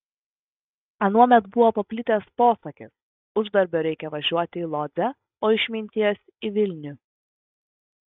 anuomet buvo paplitęs posakis uždarbio reikia važiuoti į lodzę o išminties į vilnių